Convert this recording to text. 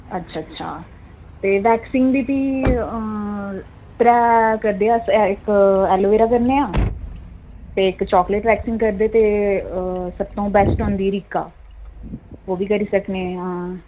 अच्छा अच्छा ते बैक्सिंग ते फ्ही त्रै करदे अस इक एलूवीरा करनेआं ते इक चाकलेट बैक्सिंग करदे ते सबतूं बैस्ट होंदी रिका ओह् बी करी सकनेआं